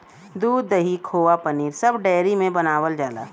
दूध, दही, खोवा पनीर सब डेयरी में बनावल जाला